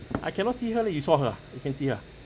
I cannot see her leh you saw her ah you can see her ah